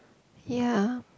ya